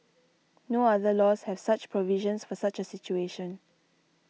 no other laws have such provisions for such a situation